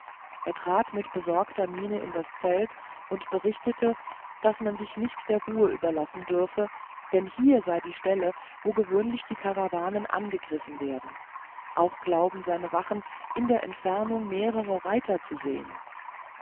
er trat mit besorgter miene in das zelt und berichtete daß man sich nicht der ruhe überlassen dürfe denn hier sei die stelle wo gewöhnlich die karawanen angegriffen werden auch glauben seine wachen in der entfernung mehrere reiter zu sehen